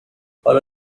حال